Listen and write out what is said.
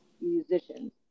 musicians